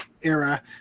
era